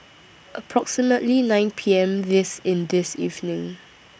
approximately nine P M This in This evening